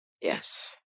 Yes